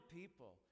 people